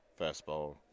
fastball